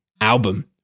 album